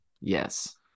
Yes